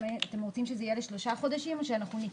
האם אתם רוצים שזה יהיה לשלושה חודשים או שניצמד